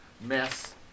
mess